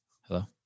hello